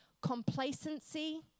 complacency